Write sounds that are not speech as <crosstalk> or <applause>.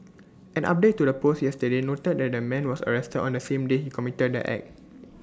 an update to the post yesterday noted that the man was arrested on the same day he committed the act <noise>